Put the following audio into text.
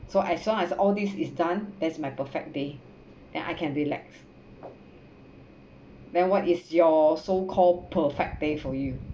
so as long as all this is done that's my perfect day then I can relax then what is your so called perfect day for you